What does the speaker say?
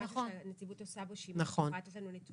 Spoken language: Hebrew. זה משהו שהנציבות עושה בו שימוש ורואה את הנתונים